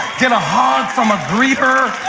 get a hug from a greeter.